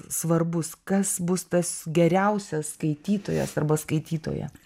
svarbus kas bus tas geriausias skaitytojas arba skaitytoja